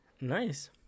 nice